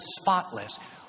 spotless